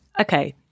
Okay